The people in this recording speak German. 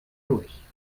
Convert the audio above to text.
durch